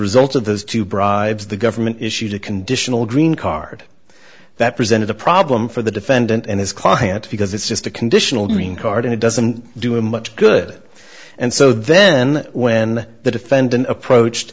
result of those two bribes the government issued a conditional green card that presented a problem for the defendant and his client because it's just a conditional mean card and it doesn't do him much good and so then when the defendant approached